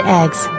eggs